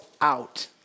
out